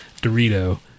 Dorito